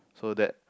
so that